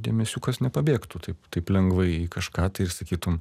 dėmesiukas nepabėgtų taip taip lengvai į kažką tai ir sakytum